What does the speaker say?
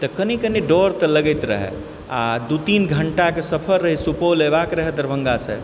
तऽ कनि कनि डर तऽ लगैत रहै आओर दू तीन घण्टाके सफर रहै सुपौल अएबाक रहै दरभङ्गासँ